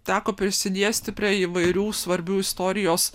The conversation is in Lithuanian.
teko prisiliesti prie įvairių svarbių istorijos